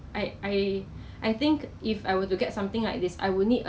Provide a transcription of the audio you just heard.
but then 我喜欢自己的那个 secret recipe